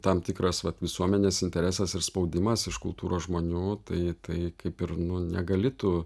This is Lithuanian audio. tam tikras vat visuomenės interesas ir spaudimas iš kultūros žmonių tai tai kaip ir nu negali tu